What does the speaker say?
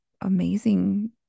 amazing